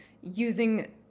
using